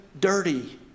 dirty